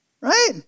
Right